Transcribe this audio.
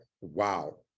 Wow